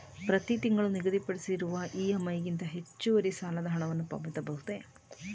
ಪ್ರತಿ ತಿಂಗಳು ನಿಗದಿಪಡಿಸಿರುವ ಇ.ಎಂ.ಐ ಗಿಂತ ಹೆಚ್ಚುವರಿ ಸಾಲದ ಹಣವನ್ನು ಪಾವತಿಸಬಹುದೇ?